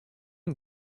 and